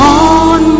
on